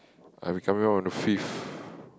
I'll be coming out on the fifth